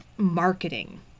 marketing